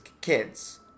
kids